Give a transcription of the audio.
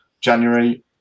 January